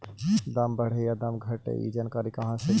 दाम बढ़े या दाम घटे ए जानकारी कैसे ले?